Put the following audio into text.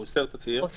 הוא אוסר תצהיר,